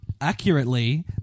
accurately